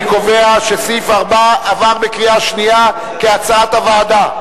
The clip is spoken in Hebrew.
אני קובע שסעיף 4 עבר בקריאה שנייה כהצעת הוועדה.